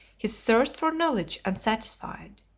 his thirst for knowledge unsatisfied.